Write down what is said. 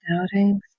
doubting